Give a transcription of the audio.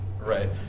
Right